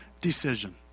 decision